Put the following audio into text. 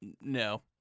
no